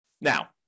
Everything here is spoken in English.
Now